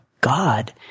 God